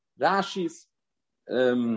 Rashi's